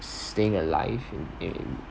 staying alive in in